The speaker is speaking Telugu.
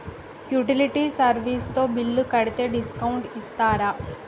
యుటిలిటీ సర్వీస్ తో బిల్లు కడితే డిస్కౌంట్ ఇస్తరా?